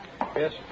Yes